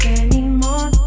anymore